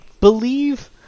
believe